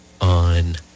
on